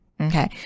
Okay